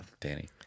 Danny